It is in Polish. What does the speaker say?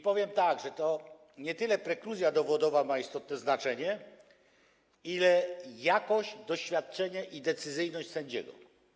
Powiem tak: nie tyle prekluzja dowodowa ma istotne znaczenie, ile jakość, doświadczenie i decyzyjność sędziego.